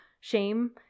shame